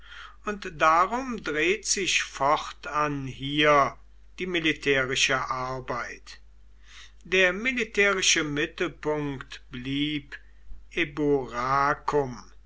und darum dreht sich fortan hier die militärische arbeit der militärische mittelpunkt blieb